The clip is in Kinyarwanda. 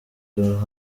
don’t